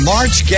March